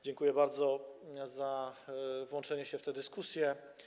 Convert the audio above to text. Dziękuję bardzo za włączenie się w dyskusję.